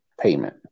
payment